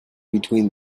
between